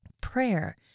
Prayer